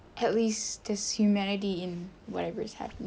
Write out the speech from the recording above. at least just humanity in whatever is happening